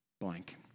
blank